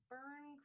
Burn